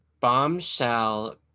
bombshell